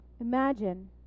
Imagine